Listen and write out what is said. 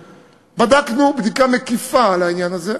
בדקנו בדיקה מקיפה את העניין הזה.